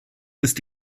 ist